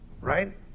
right